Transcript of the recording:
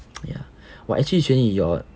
ya !wah! actually actually your